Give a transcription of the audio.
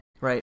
Right